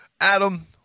Adam